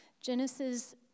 Genesis